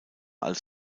als